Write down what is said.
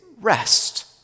rest